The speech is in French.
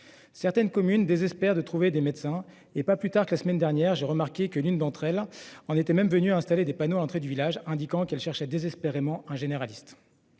Certaines communes désespèrent de trouver des médecins. Pas plus tard que la semaine dernière, j'ai remarqué que l'une d'entre elles en était même venue à installer des panneaux à l'entrée du village, indiquant qu'elle cherchait désespérément un médecin généraliste.